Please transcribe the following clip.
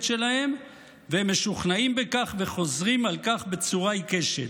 שלהם והם משוכנעים בכך וחוזרים על כך בצורה עיקשת.